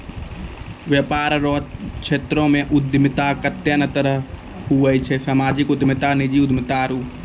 वेपार रो क्षेत्रमे उद्यमिता कत्ते ने तरह रो हुवै छै सामाजिक उद्यमिता नीजी उद्यमिता आरु